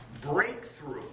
breakthrough